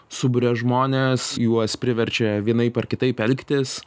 suburia žmones juos priverčia vienaip ar kitaip elgtis